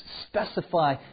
specify